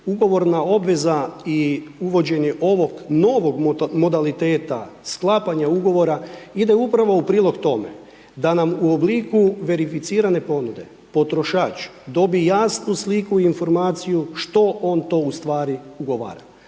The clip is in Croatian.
ugovorna obveza i uvođenje ovog novog modaliteta, sklapanje ugovora, ide upravo u prilog tome, da nam u obliku verificirane pobjede, potrošač, dobi jasnu sliku i informaciju što on ustvari ugovara,